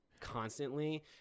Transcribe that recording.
constantly